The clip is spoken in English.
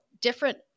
different